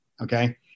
Okay